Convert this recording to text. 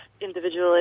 individually